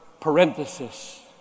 parenthesis